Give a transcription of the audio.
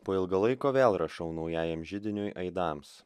po ilgo laiko vėl rašau naujajam židiniui aidams